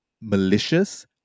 malicious